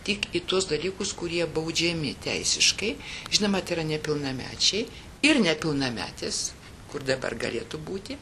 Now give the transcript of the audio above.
tik į tuos dalykus kurie baudžiami teisiškai žinoma tai yra nepilnamečiai ir nepilnametės kur dabar galėtų būti